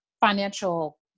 financial